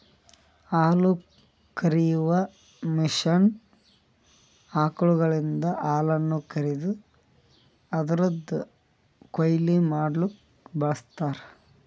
ಹಾಲುಕರೆಯುವ ಮಷೀನ್ ಆಕಳುಗಳಿಂದ ಹಾಲನ್ನು ಕರೆದು ಅದುರದ್ ಕೊಯ್ಲು ಮಡ್ಲುಕ ಬಳ್ಸತಾರ್